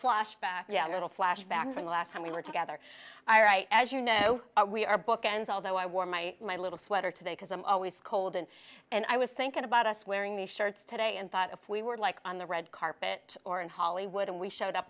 flashback yeah a little flashback from the last time we were together all right as you know we are bookends although i wore my my little sweater today because i'm always cold and and i was thinking about us wearing the shirts today and thought if we were like on the red carpet or in hollywood and we showed up